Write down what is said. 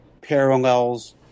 parallels